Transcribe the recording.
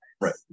Right